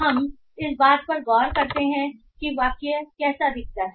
हम इस बात पर गौर कर सकते हैं कि वाक्य कैसा दिखता है